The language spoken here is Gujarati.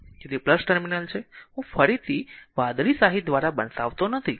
તેથી ટર્મિનલ છે હું ફરીથી વાદળી શાહી દ્વારા બતાવતો નથી